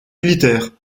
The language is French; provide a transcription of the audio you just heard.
militaires